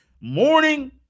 Morning